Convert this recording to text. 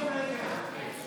או שאתה מוותר על הסיכום?